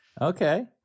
okay